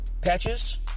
patches